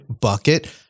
bucket